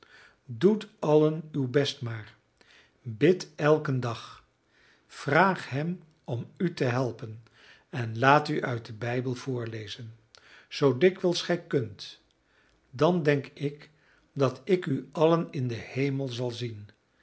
doet allen uw best maar bidt elken dag vraagt hem om u te helpen en laat u uit den bijbel voorlezen zoo dikwijls gij kunt dan denk ik dat ik u allen in den hemel zal zien